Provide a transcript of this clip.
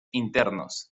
internos